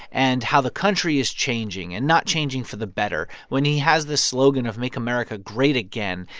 and how the country is changing and not changing for the better. when he has this slogan of make america great again,